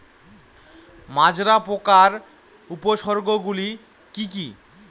মাজরা পোকার উপসর্গগুলি কি কি?